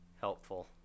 helpful